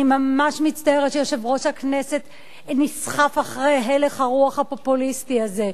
אני ממש מצטערת שיושב-ראש הכנסת נסחף אחרי הלך הרוח הפופוליסטי הזה.